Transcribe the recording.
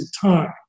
time